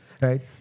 Right